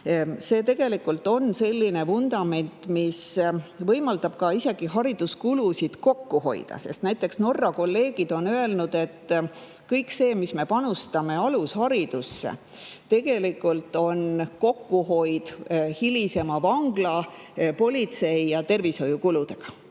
See on selline vundament, mis võimaldab isegi hariduskulusid kokku hoida, sest näiteks Norra kolleegid on öelnud, et kõik see, mis me panustame alusharidusse, tegelikult on kokkuhoid hilisemate vangla‑, politsei‑ ja tervishoiukulude